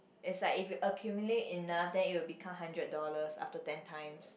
is like if you accumulate enough then it will become hundred dollars after ten times